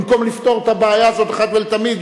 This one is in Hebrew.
במקום לפתור את הבעיה הזאת אחת ולתמיד,